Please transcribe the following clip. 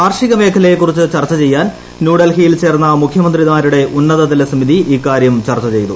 കാർഷിക മേഖലയെക്കുറിച്ച് ചർച്ച ചെയ്യാൻ ന്യൂഡൽഹിയിൽ ചേർന്ന മുഖ്യമന്ത്രിമാരുടെ ഉന്നതതല സമിതി ഇക്കാര്യം ചർച്ച ചെയ്തു